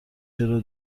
چرا